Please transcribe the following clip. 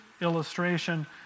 illustration